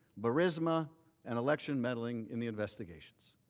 burisma and election meddling and the investigation.